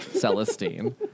Celestine